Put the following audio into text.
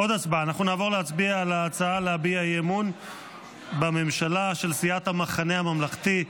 נעבור להצביע על ההצעה להביע אי-אמון בממשלה של סיעת המחנה הממלכתי.